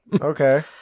Okay